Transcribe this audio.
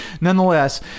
nonetheless